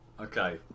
Okay